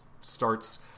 starts